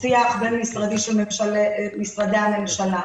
שיח בין-משרדי שמשלב את משרדי הממשלה.